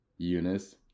Eunice